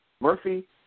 Murphy